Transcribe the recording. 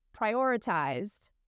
prioritized